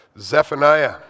Zephaniah